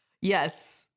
Yes